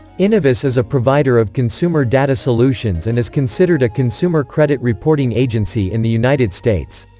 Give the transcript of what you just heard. innovis is a provider of consumer data solutions and is considered a consumer credit reporting agency in the united states.